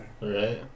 Right